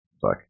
fuck